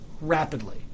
rapidly